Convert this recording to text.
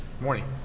morning